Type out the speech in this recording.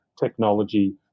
technology